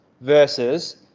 versus